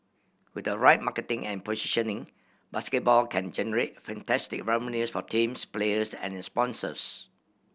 with the right marketing and positioning basketball can generate fantastic revenues for teams players and sponsors